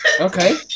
Okay